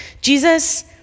Jesus